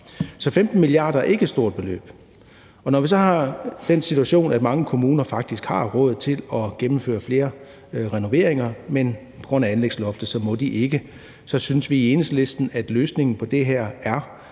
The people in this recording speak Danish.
Så 15 mia. kr. er ikke et stort beløb, og når vi så har den situation, at mange kommuner faktisk har råd til at gennemføre flere renoveringer, men på grund af anlægsloftet ikke må det, synes vi i Enhedslisten, at løsningen på det her er